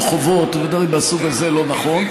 חובות או דברים מהסוג הזה זה לא נכון.